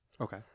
okay